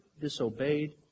disobeyed